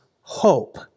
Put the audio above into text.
hope